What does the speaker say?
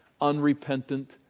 unrepentant